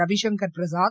Ravishankar Prasad